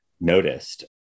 noticed